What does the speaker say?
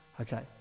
Okay